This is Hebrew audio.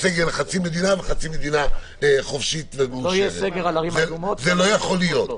וחצי מדינה חופשית ומאושרת.